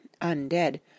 undead